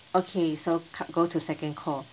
okay so go to second call